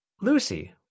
Lucy